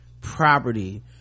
property